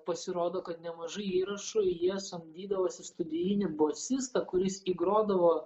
pasirodo kad nemažai įrašų jie samdydavosi studijinį bosistą kuris įgrodavo